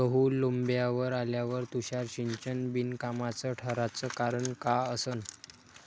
गहू लोम्बावर आल्यावर तुषार सिंचन बिनकामाचं ठराचं कारन का असन?